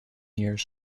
years